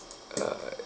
uh